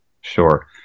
sure